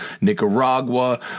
Nicaragua